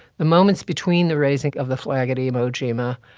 the moments between the raising of the flag at aibo jima.